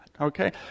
okay